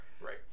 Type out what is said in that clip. Right